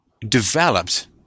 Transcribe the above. developed